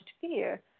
fear